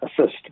assist